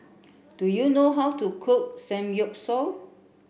do you know how to cook Samgyeopsal